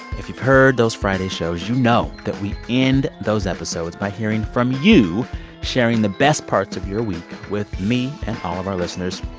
if you've heard those friday shows, you know that we end those episodes by hearing from you sharing the best parts of your week with me and all of our listeners.